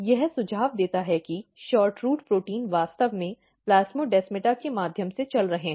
यह सुझाव देता है कि SHORTROOT प्रोटीन वास्तव में प्लास्मोडेस्माटा के माध्यम से चल रहे हैं